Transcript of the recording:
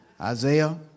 Isaiah